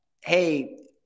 Hey